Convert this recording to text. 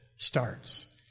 Starts